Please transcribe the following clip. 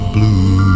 Blue